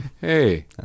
Hey